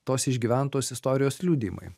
tos išgyventos istorijos liudijimai